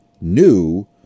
new